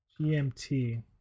GMT